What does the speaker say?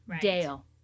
Dale